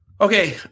Okay